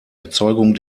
erzeugung